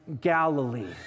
Galilee